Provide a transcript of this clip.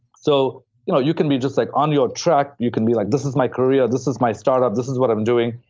so you know you can be just like on your track, you can be like, this is my career. this is my startup. this is what i'm doing,